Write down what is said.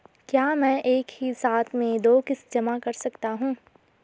क्या मैं एक ही साथ में दो किश्त जमा कर सकता हूँ?